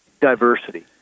diversity